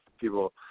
people